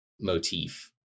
motif